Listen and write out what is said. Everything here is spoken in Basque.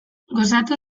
gozatu